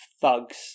thugs